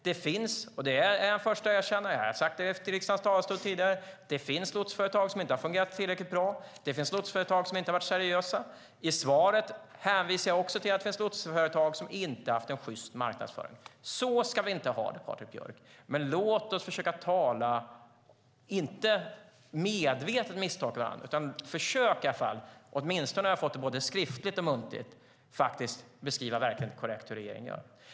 Det finns - det är jag den förste att erkänna, och jag har sagt det i riksdagens talarstol tidigare - lotsföretag som inte har fungerat tillräckligt bra och lotsföretag som inte har varit seriösa. I svaret hänvisar jag också till att det finns lotsföretag som inte har haft sjyst marknadsföring. Så ska vi inte ha det, Patrik Björck. Men låt oss försöka undvika att medvetet misstolka varandra utan i alla fall försöka - åtminstone när du har fått svaret både skriftligt och muntligt - korrekt beskriva vad regeringen gör.